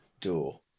door